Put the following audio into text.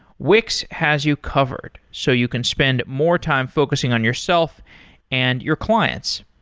wix has you covered, so you can spend more time focusing on yourself and your clients.